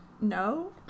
no